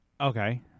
Okay